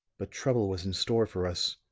but trouble was in store for us.